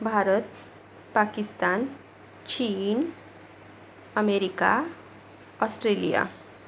भारत पाकिस्तान चीन America Australia